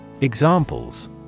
Examples